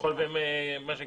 ככל שהם יודעים.